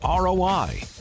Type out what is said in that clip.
ROI